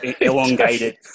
elongated